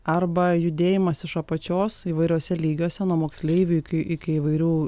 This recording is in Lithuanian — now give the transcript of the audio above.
arba judėjimas iš apačios įvairiuose lygiuose nuo moksleiviui iki iki įvairių